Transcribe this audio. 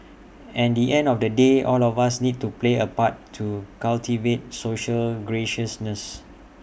and the end of the day all of us need to play A part to cultivate social graciousness